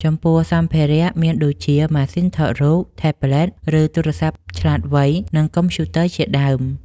ចំពោះសម្ភារ:មានដូចជា ម៉ាស៉ីនថតរូប ថេប្លេត ឬទូរសព្ទឆ្លាតវៃ និងកុំព្យូទ័រជាដើម។